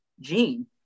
gene